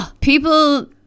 people